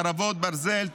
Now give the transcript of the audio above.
חרבות ברזל),